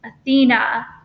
Athena